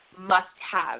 must-have